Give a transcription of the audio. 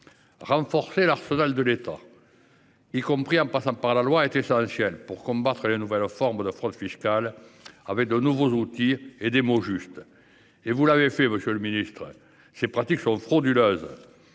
Renforcer l'arsenal de l'État, y compris en passant par la loi, est essentiel pour combattre les nouvelles formes de fraude fiscale, avec de nouveaux outils. Il faut aussi des mots justes, et vous les avez employés, monsieur le ministre : ces pratiques sont frauduleuses